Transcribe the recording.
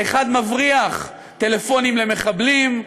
האחד מבריח טלפונים למחבלים,